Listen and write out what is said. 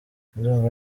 ndumva